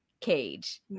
cage